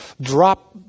drop